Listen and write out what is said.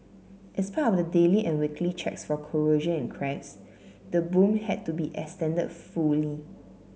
as part of the daily and weekly checks for corrosion and cracks the boom had to be extended fully